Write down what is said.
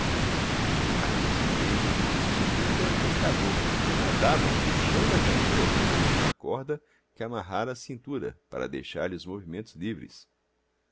ondas aproximei-me e distingui o velho pescador que nadava puxando a canoa por meio de uma corda que amarrara à cintura para deixar-lhe os movimentos livres